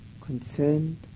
concerned